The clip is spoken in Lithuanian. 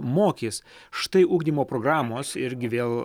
mokys štai ugdymo programos irgi vėl